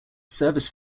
service